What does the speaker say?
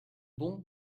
bon